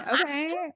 okay